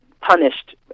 punished